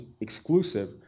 exclusive